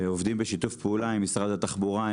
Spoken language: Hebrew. עובדים בשיתוף עם משרד התחבורה,